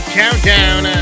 countdown